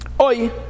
Oi